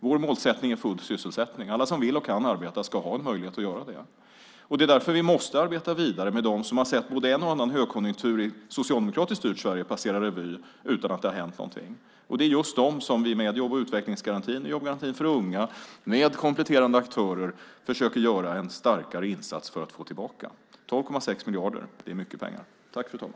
Vår målsättning är att alla som vill och kan arbeta ska ha en möjlighet att göra det. Det är därför vi måste arbeta vidare med dem som har sett en och annan högkonjunktur passera förbi i socialdemokrati regi utan att det har hänt någonting. Det är just dem som vi med jobb och utvecklingsgarantin och jobbgarantin för unga med kompletterande aktörer försöker att göra en starkare insats för att få tillbaka. 2,6 miljarder är mycket pengar, fru talman.